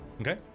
okay